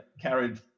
carried